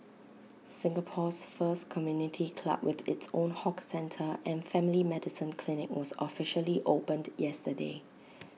Singapore's first community club with its own hawker centre and family medicine clinic was officially opened yesterday